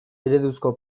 ereduzko